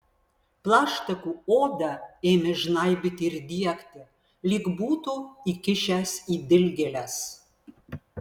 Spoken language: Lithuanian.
plaštakų odą ėmė žnaibyti ir diegti lyg būtų įkišęs į dilgėles